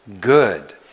good